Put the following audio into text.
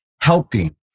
helping